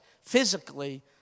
physically